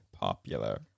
popular